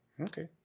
Okay